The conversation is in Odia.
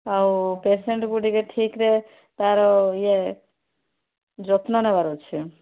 ଆଉ ପେସେଣ୍ଟ୍କୁ ଟିକେ ଠିକ୍ରେ ତାର ଇଏ ଯତ୍ନ ନେବାର ଅଛି